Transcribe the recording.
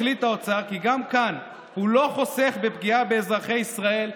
החליט האוצר כי גם כאן הוא לא חוסך בפגיעה באזרחי ישראל,